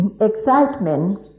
excitement